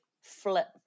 flip